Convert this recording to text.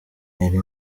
iri